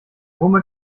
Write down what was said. wumme